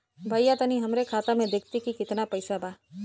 भईया तनि हमरे खाता में देखती की कितना पइसा बा?